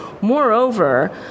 Moreover